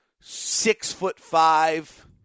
Six-foot-five